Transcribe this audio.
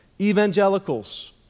Evangelicals